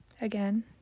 Again